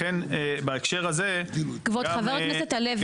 לכן בהקשר הזה גם המועד הרלוונטי --- חבר הכנסת הלוי,